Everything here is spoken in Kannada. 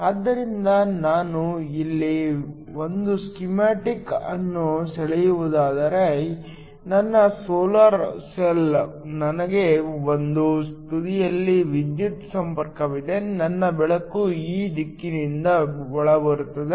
ಆದ್ದರಿಂದ ನಾನು ಇಲ್ಲಿ ಒಂದು ಸ್ಕೀಮ್ಯಾಟಿಕ್ ಅನ್ನು ಸೆಳೆಯುವುದಾದರೆ ನನ್ನ ಸೋಲಾರ್ ಸೆಲ್ ನನಗೆ ಒಂದು ತುದಿಯಲ್ಲಿ ವಿದ್ಯುತ್ ಸಂಪರ್ಕವಿದೆ ನನ್ನ ಬೆಳಕು ಈ ದಿಕ್ಕಿನಿಂದ ಒಳಬರುತ್ತದೆ